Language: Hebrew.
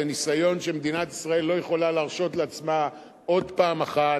זה ניסיון שמדינת ישראל לא יכולה להרשות לעצמה עוד פעם אחת.